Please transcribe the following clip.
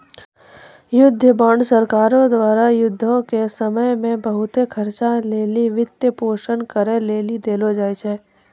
युद्ध बांड सरकारो द्वारा युद्धो के समय मे बहुते खर्चा लेली वित्तपोषन करै लेली देलो जाय छै